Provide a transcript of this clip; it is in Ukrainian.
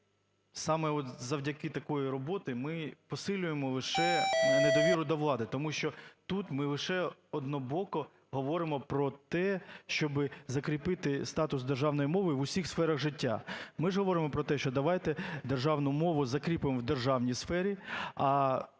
от, завдяки такої роботи ми посилюємо лише недовіру до влади, тому що тут ми лише однобоко говоримо про те, щоби закріпити статус державної мови в усіх сферах життя. Ми ж говоримо про те, що давайте державну мову закріпимо в державній сфері, а